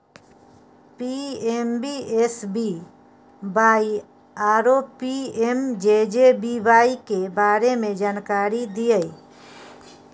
PMSBY आरो PMJJBY के बारे मे जानकारी दिय?